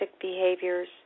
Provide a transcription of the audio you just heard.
behaviors